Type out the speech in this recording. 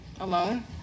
Alone